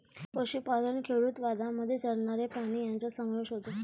पशुपालन खेडूतवादामध्ये चरणारे प्राणी यांचा समावेश होतो